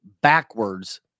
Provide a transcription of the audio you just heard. backwards